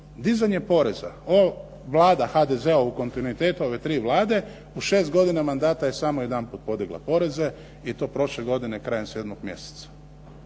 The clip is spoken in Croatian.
Dizanje poreza, Vlada HDZ-a u kontinuitetu ove tri vlade u šest godina mandata je samo jedanput podigla poreze i to prošle godine krajem 7. mjeseca.